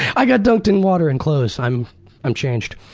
i got dunked in water in clothes. i'm i'm changed.